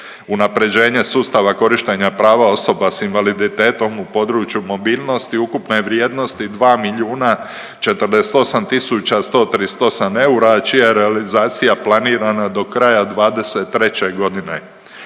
Unaprjeđenje sustava korištenja prava osoba s invaliditetom u području mobilnosti, ukupna je vrijednosti 2 048 138 eura, čija je realizacija planirana do kraja '23. g.